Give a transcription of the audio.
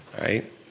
right